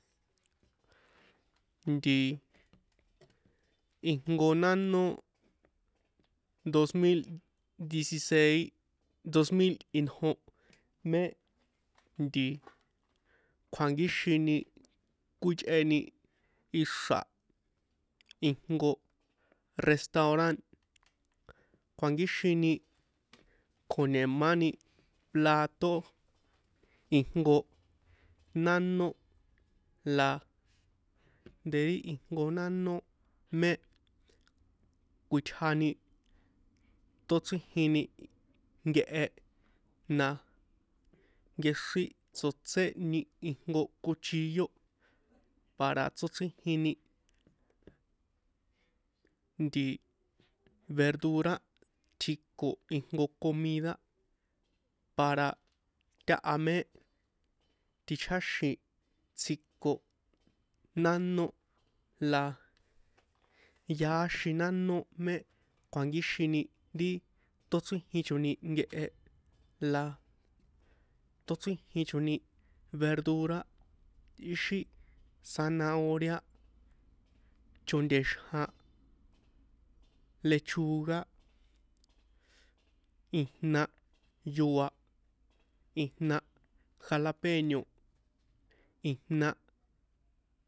Nti ijnko nánó dosmil dieciséis dosmil injo mé kjuankíxini kjuíchꞌeni ixra̱ ijnko restauran kjuankíxini kjo̱ni̱mani plato ijnko nánó la de ri ijnko nánó mé kuitjani tóchrijini nkehe na nkexrín tsotséni ijnko cichillo para tsóchrijini nti verdura tjiko ijnko comida para taha mé ticháxi̱n stjiko nánó la yaáxin nánó mé kjuankíxini ri tóchrijichoni nkehe la tóchrijichoni verdura ixi zanahoria cho̱ntexjan lechuga ijna yóa ijna jalapeño ijna.